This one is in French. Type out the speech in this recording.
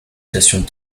stations